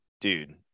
dude